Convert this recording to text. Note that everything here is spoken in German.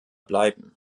bleiben